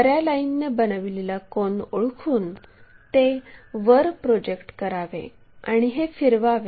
खऱ्या लाईनने बनविलेला कोन ओळखून ते वर प्रोजेक्ट करावे आणि हे फिरवावे